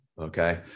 okay